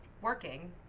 working